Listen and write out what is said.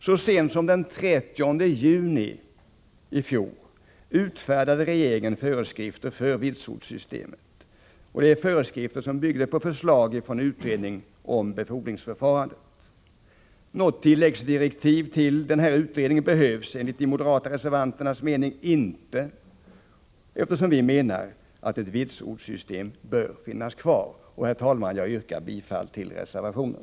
Så sent som den 30 juni i fjol utfärdade regeringen föreskrifter för vitsordssystemet, föreskrifter som byggde på förslag från utredningen om befodringsförfarandet. Något tilläggsdirektiv till denna utredning behövs enligt de moderata reservanternas mening inte, eftersom vi anser att ett vitsordssystem bör finnas kvar. Herr talman! Jag yrkar bifall till reservationen.